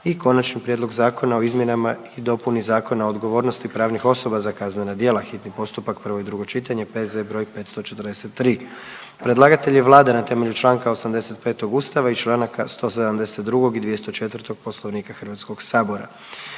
- Konačni prijedlog zakona o izmjenama i dopuni Zakona o odgovornosti pravnih osoba za kaznena djela, hitni postupak, prvo i drugo čitanje, P.Z. br. 543 Predlagatelj je Vlada RH na temelju čl. 85. Ustava i čl. 172. i 204. Poslovnika Hrvatskog sabora.